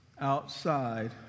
outside